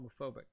homophobic